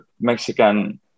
Mexican